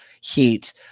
heat